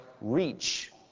reach